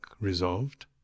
resolved